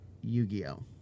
Yu-Gi-Oh